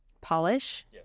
polish